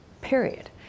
period